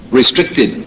restricted